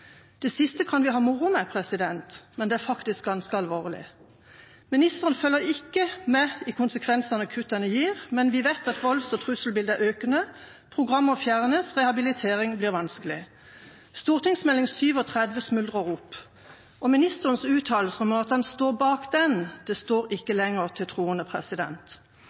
Det siste kan vi ha moro med, men det er faktisk ganske alvorlig. Ministeren følger ikke med på konsekvensene kuttene gir, men vi vet at volds- og trusselbildet er økende, at programmer fjernes, og at rehabilitering blir vanskelig. St.meld. nr. 37 for 2007–2008 smuldrer opp, og ministerens uttalelse om at han står bak den, står ikke lenger til troende.